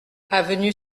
avenue